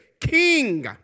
king